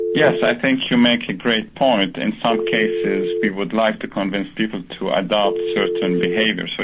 yes, i think you make a great point. in some cases we would like to convince people to adopt certain behaviours. so